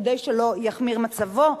כדי שלא יחמיר מצבו,